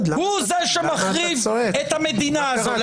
הוא זה שמחריב על המדינה הזאת.